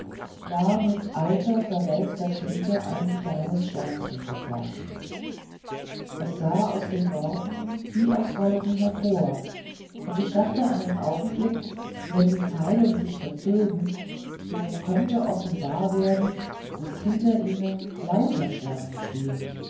war mit alter verwelkter tinte ein kleines sternchen gezeichnet es sah aus den worten wie aus wolken hervor und ich dachte einen augenblick wenn die zeilen sich verzögen so könnte offenbar werden daß hinter ihnen lauter sterne stehen